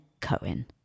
cohen